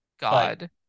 God